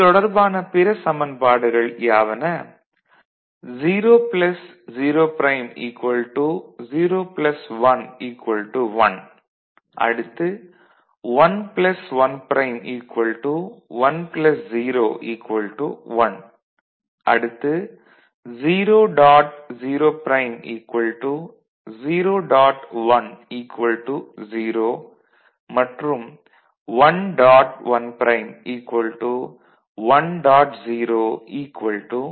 இது தொடர்பான பிற சமன்பாடுகள் யாவன - 0 plus 0 prime 0 plus 1 1 1 plus 1 prime 1 plus 0 1 0 dot 0 prime 0 dot 1 0 மற்றும் 1 டாட் 1 ப்ரைம் 1 டாட் 0 0